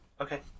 okay